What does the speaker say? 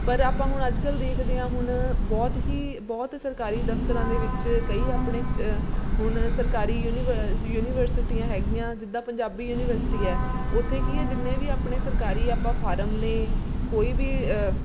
ਪਰ ਆਪਾਂ ਹੁਣ ਅੱਜ ਕੱਲ੍ਹ ਦੇਖਦੇ ਹਾਂ ਹੁਣ ਬਹੁਤ ਹੀ ਬਹੁਤ ਸਰਕਾਰੀ ਦਫ਼ਤਰਾਂ ਦੇ ਵਿੱਚ ਕਈ ਆਪਣੇ ਹੁਣ ਸਰਕਾਰੀ ਯੂਨੀਵ ਯੂਨੀਵਰਸਿਟੀਆਂ ਹੈਗੀਆਂ ਜਿੱਦਾਂ ਪੰਜਾਬੀ ਯੂਨੀਵਰਸਿਟੀ ਹੈ ਉੱਥੇ ਕੀ ਹੈ ਜਿੰਨੇ ਵੀ ਆਪਣੇ ਸਰਕਾਰੀ ਆਪਾਂ ਫਾਰਮ ਨੇ ਕੋਈ ਵੀ